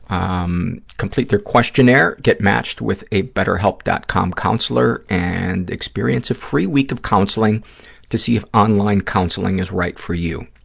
um um complete their questionnaire, get matched with a betterhelp. com counselor and experience a free week of counseling to see if online counseling is right for you.